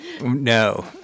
No